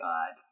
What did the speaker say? God